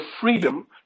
freedom